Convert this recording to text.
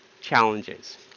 challenges